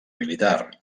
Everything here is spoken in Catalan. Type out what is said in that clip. militar